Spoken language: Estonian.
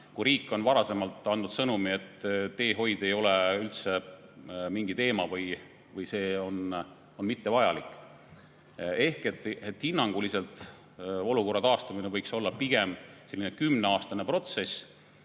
kui riik on varasemalt andnud sõnumi, et teehoid ei ole üldse mingi teema või see on mittevajalik. Hinnanguliselt võiks olukorra taastamine olla pigem selline kümneaastane protsess,